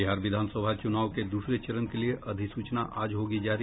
बिहार विधानसभा चुनाव के दूसरे चरण के लिए अधिसूचना आज होगी जारी